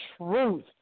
truth